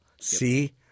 see